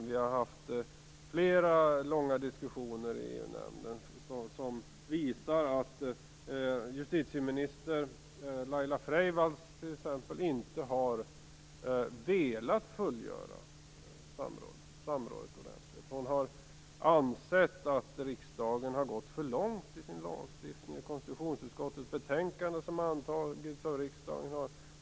Vi har fört flera långa diskussioner i EU-nämnden som visat att t.ex. justitieminister Laila Freivalds inte har velat fullgöra samrådet ordentligt. Hon har ansett att riksdagen har gått för långt i sin lagstiftning och hon har inte riktigt accepterat konstitutionsutskottets betänkande, som har antagits av riksdagen.